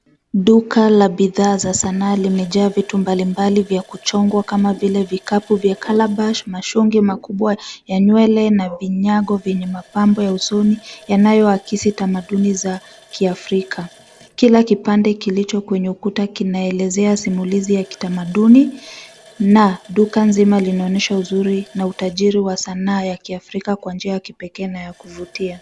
Duka la bidhaa za sanaa limejaa vitu mbalimbali vya kuchongwa kama vile vikapu vya calabash , mashonge makubwa ya nywele na vinyago vyenye mapambo ya usoni yanayoakisi tamaduni za kiafrika. Kila kipande kilicho kwenye ukuta kinaelezea simulizi ya kitamaduni na duka nzima linaonyesha uzuri na utajiri wa sanaa ya kiafrika kwa njia ya kipekee na ya kuvutia.